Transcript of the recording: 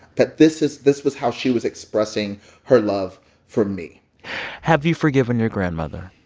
that this is this was how she was expressing her love for me have you forgiven your grandmother?